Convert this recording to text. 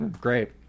Great